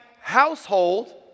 household